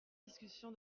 discussion